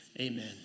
Amen